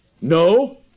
No